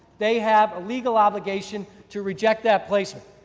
they have a legal obligation to reject that placement.